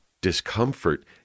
discomfort